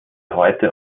heute